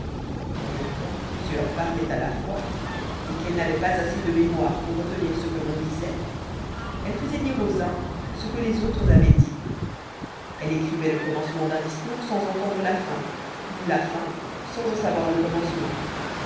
mais comme plusieurs parlaient à la fois et qu'elle n'avait pas assez de mémoire pour retenir ce que l'on disait elle faisait dire aux uns ce que les autres avaient dit elle écrivait le commencement d'un discours sans en entendre la fin ou la fin sans en savoir le commencement